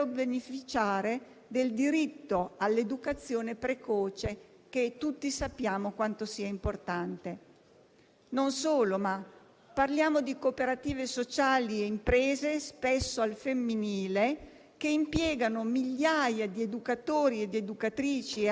e il sistema deve proseguire sulla via dell'integrazione e del riconoscimento. Noi crediamo nella necessità di ampliare l'offerta formativa, di tutelare la libertà di scelta, di dare lavoro a migliaia di educatori e docenti.